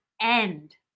end